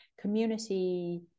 community